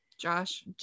Josh